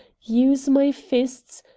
use my fists,